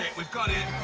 we've got it.